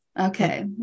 Okay